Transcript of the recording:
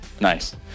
Nice